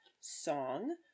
song